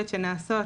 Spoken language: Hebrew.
שנעשות,